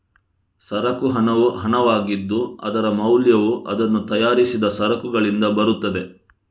ಸರಕು ಹಣವು ಹಣವಾಗಿದ್ದು, ಅದರ ಮೌಲ್ಯವು ಅದನ್ನು ತಯಾರಿಸಿದ ಸರಕುಗಳಿಂದ ಬರುತ್ತದೆ